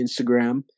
Instagram